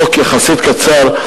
חוק יחסית קצר,